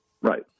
Right